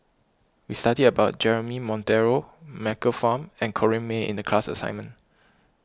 we studied about Jeremy Monteiro Michael Fam and Corrinne May in the class assignment